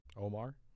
Omar